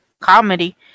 comedy